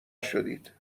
شدید